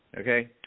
okay